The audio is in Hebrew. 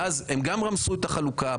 אז הם גם רמסו את החלוקה,